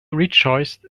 rejoiced